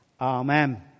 Amen